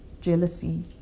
jealousy